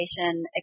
education